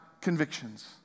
convictions